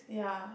yeah